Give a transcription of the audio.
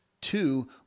two